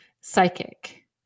psychic